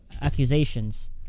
accusations